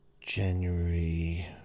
January